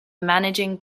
managing